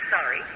sorry